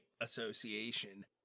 association